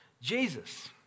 Jesus